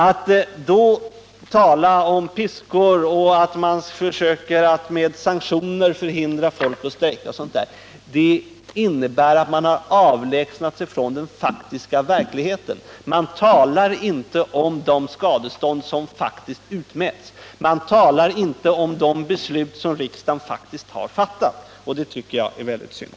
Att då tala om piskor och säga att man med sanktioner försöker förhindra folk att strejka innebär att man har avlägsnat sig från verkligheten. Man talar inte om de skadestånd som faktiskt utmätts, man talar inte om de beslut som riksdagen faktiskt har fattat, och det tycker jag är väldigt synd.